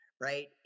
right